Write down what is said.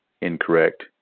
incorrect